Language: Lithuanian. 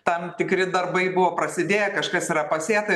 tam tikri darbai buvo prasidėję kažkas yra pasėta